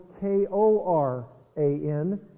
K-O-R-A-N